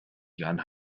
jan